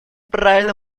правильно